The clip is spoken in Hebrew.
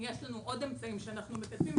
יש לנו עוד אמצעים שאנחנו מקדמים,